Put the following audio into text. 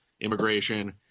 immigration